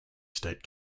state